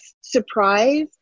surprise